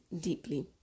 deeply